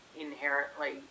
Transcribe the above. inherently